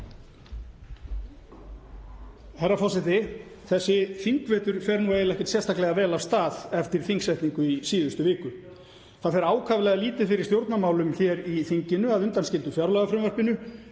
Herra forseti. Þessi þingvetur fer nú eiginlega ekkert sérstaklega vel af stað eftir þingsetningu í síðustu viku. Það fer ákaflega lítið fyrir stjórnarmálum hér í þinginu að undanskildum fjárlagafrumvarpinu